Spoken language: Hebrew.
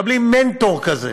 מקבלים מנטור כזה,